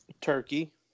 turkey